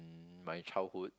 my childhood